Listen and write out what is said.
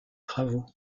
travaux